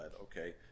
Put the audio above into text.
okay